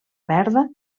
verda